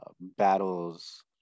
battles